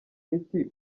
miti